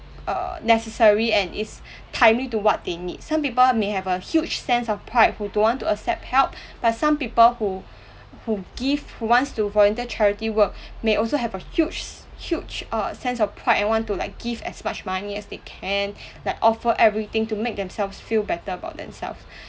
uh necessary and is timely to what they need some people may have a huge sense of pride who don't want to accept help but some people who who give who wants to volunteer charity work may also have a huge huge uh sense of pride and want to like give as much money as they can like offer everything to make themselves feel better about themselves